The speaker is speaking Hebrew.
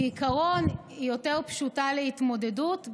כעיקרון היא יותר פשוטה להתמודדות,